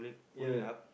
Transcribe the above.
ya